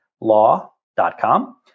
law.com